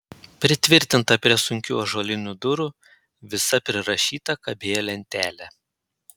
pritvirtinta prie sunkių ąžuolinių durų visa prirašyta kabėjo lentelė